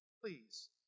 please